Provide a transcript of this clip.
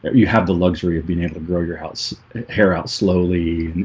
you have the luxury of being able to grow your house hair out slowly,